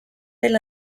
del